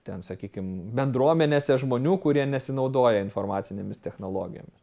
ten sakykim bendruomenėse žmonių kurie nesinaudoja informacinėmis technologijomis